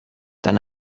dann